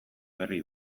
berri